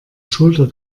schulter